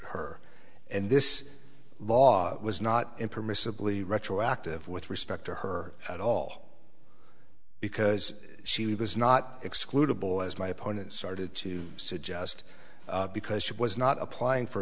her and this law was not in permissibly retroactive with respect to her at all because she was not excludable as my opponent started to suggest because she was not applying for